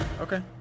Okay